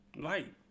light